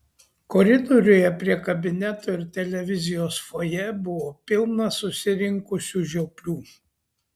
koridoriuje prie kabineto ir televizijos fojė buvo pilna susirinkusių žioplių